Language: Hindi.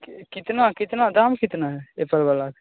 के कितना कितना दाम कितना है एप्पल वाला